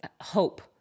hope